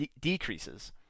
decreases